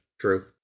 True